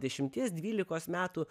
dešimties dvylikos metų